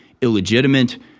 illegitimate